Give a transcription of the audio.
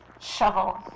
shovel